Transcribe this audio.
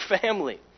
family